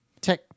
tech